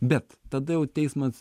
bet tada jau teismas